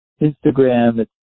Instagram